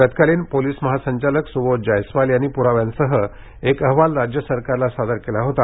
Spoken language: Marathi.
तत्कालीन पोलिस महासंचालक सुबोध जायस्वाल यांनी पुराव्यांसह एक अहवाल राज्य सरकारला सादर केला होता